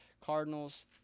Cardinals